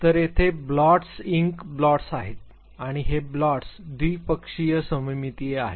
तर तेथे blots ink blots आहेत आणि हे ब्लॉट्स द्विपक्षीय सममितीय आहेत